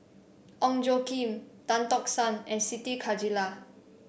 Ong Tjoe Kim Tan Tock San and Siti Khalijah